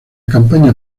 campaña